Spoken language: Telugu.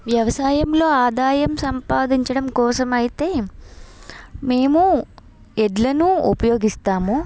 వ్యవసాయంలో ఆదాయం సంపాదించడం కోసమైతే మేము ఎడ్లను ఉపయోగిస్తాము